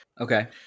okay